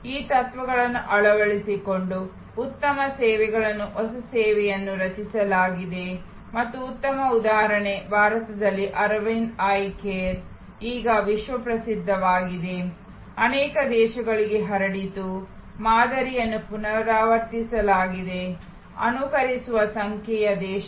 ಈ ತತ್ವಗಳನ್ನು ಅಳವಡಿಸಿಕೊಂಡು ಉತ್ತಮ ಸೇವೆಗಳನ್ನು ಹೊಸ ಸೇವೆಗಳನ್ನು ರಚಿಸಲಾಗಿದೆ ಮತ್ತು ಅತ್ಯುತ್ತಮ ಉದಾಹರಣೆ ಭಾರತದಲ್ಲಿ ಅರವಿಂದ್ ಐ ಕೇರ್ ಈಗ ವಿಶ್ವಪ್ರಸಿದ್ಧವಾಗಿದೆ ಅನೇಕ ದೇಶಗಳಿಗೆ ಹರಡಿತು ಮಾದರಿಯನ್ನು ಪುನರಾವರ್ತಿಸಲಾಗಿದೆ ಅನುಕರಿಸುವ ಸಂಖ್ಯೆಯ ದೇಶಗಳು